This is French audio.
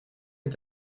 est